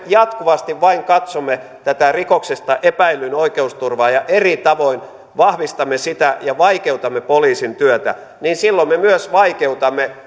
jatkuvasti vain katsomme tätä rikoksesta epäillyn oikeusturvaa ja eri tavoin vahvistamme sitä ja vaikeutamme poliisin työtä niin silloin me myös vaikeutamme